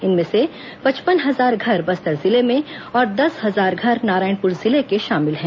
इनमें से पचपन हजार घर बस्तर जिले में और दस हजार घर नारायणपुर जिले के शामिल हैं